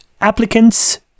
Applicants